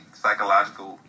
psychological